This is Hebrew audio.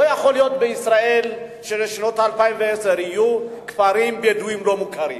לא יכול להיות בישראל של שנת 2010 יהיו כפרים בדואים לא-מוכרים.